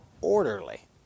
orderly